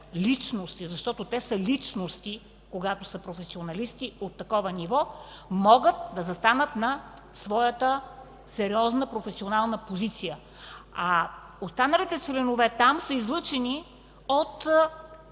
личности, защото те са личности, когато са професионалисти от такова ниво, могат да застанат на своята сериозна професионална позиция. Останалите членове там са излъчени от